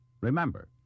Remember